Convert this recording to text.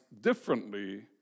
differently